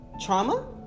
Trauma